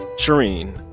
shereen,